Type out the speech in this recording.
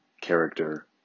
character